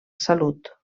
salut